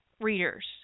readers